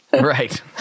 Right